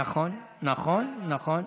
נכון, נכון.